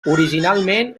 originalment